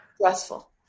stressful